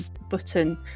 button